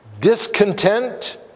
discontent